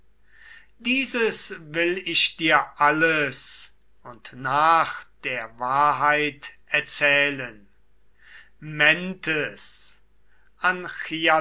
dieses will ich dir alles und nach der wahrheit erzählen